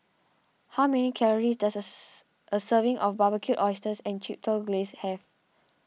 how many calories does a a serving of Barbecued Oysters Chipotle Glaze have